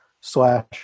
slash